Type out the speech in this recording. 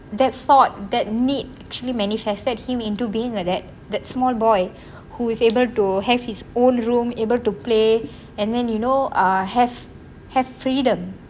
that thought that need chili manifested him into being like that that small boy who is able to have his own room able to play and then you know err have have freedom